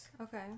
Okay